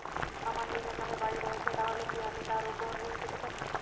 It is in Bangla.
আমার নিজের নামে বাড়ী রয়েছে তাহলে কি আমি তার ওপর ঋণ পেতে পারি?